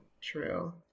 true